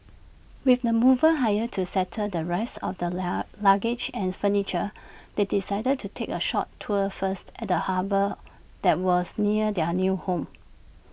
with the movers hired to settle the rest of their la luggage and furniture they decided to take A short tour first at the harbour that was near their new home